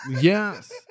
Yes